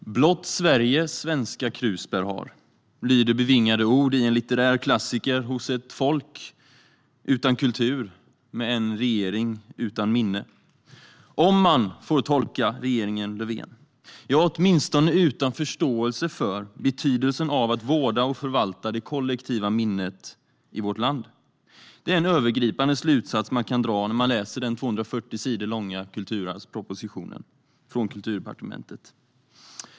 Herr talman! Blott Sverige svenska krusbär har. Så lyder några bevingade ord i en litterär klassiker hos ett folk utan kultur med en regering utan minne, om man får tolka regeringen Löfven - ja, åtminstone utan förståelse för betydelsen av att vårda och förvalta det kollektiva minnet i vårt land. Detta är en övergripande slutsats man kan dra när man läser den 240 sidor långa kulturarvspropositionen från Kulturdepartementet.